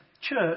church